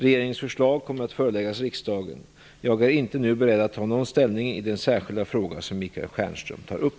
Regeringens förslag kommer att föreläggas riksdagen. Jag är inte nu beredd att ta någon ställning i den särskilda fråga som Michael Stjernström tar upp.